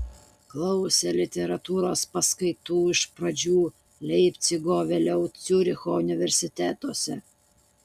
klausė literatūros paskaitų iš pradžių leipcigo vėliau ciuricho universitetuose